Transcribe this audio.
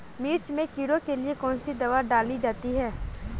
मिर्च में कीड़ों के लिए कौनसी दावा डाली जाती है?